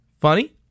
funny